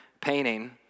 painting